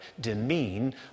demean